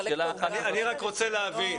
אני רק רוצה להבין,